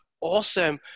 awesome